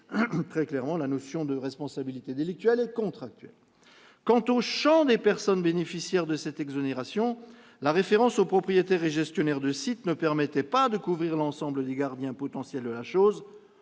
très clairement les notions de responsabilité délictuelle et de responsabilité contractuelle. Quant au champ des personnes bénéficiaires de cette exonération, la référence aux « propriétaires et gestionnaires de sites » ne permettait pas de couvrir l'ensemble des gardiens potentiels de la chose.